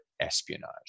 espionage